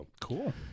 Cool